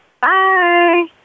Bye